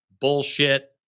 bullshit